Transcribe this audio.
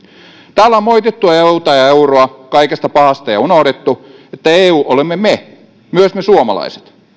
täällä on moitittu euta ja euroa kaikesta pahasta ja unohdettu että eu olemme me myös me suomalaiset